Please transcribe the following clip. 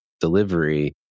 delivery